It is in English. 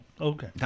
Okay